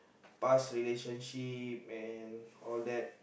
past relationship and all that